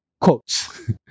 quotes